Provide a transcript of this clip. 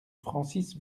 francis